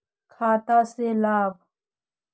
खाता से लाभ?